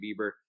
Bieber